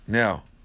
now